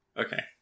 okay